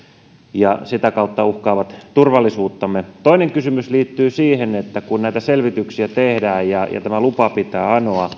ja sitä kautta uhkaavat turvallisuuttamme toinen kysymys liittyy siihen että kun näitä selvityksiä tehdään ja tämä lupa pitää anoa